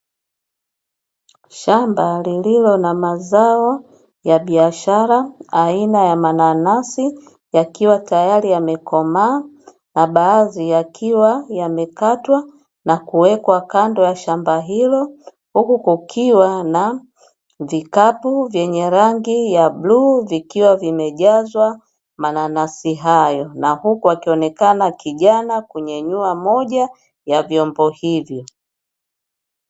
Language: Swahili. Shamba lililo na mazao ya biashara aina ya mananasi yakiwa tayari yamekomaa na baadhi yakiwa yamekatwa na kuwekwa kando ya shamba hilo, huku kukiwa na vikapu vyenye rangi ya bluu vikiwa vimejazwa mananasi hayo na huku akionekana kijana kunyanyua moja ya vyombo hivyo.